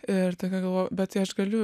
ir tokia galvojau bet tai aš galiu